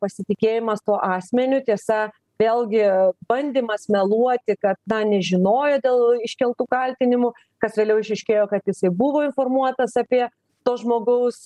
pasitikėjimas tuo asmeniu tiesa vėlgi bandymas meluoti kad na nežinojo dėl iškeltų kaltinimų kas vėliau išaiškėjo kad jisai buvo informuotas apie to žmogaus